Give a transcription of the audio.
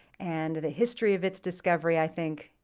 and the history of its discovery, i think,